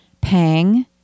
Pang